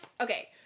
Okay